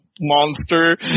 monster